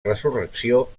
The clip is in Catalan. resurrecció